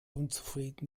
unzufrieden